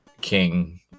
king